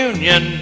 Union